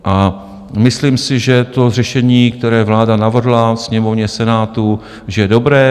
A myslím si, že řešení, které vláda navrhla Sněmovně, Senátu, je dobré.